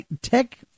Tech